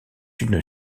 une